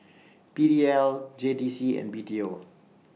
P D L J T C and B T O